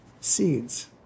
seeds